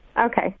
okay